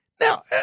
Now